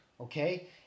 okay